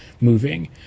moving